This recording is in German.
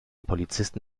polizisten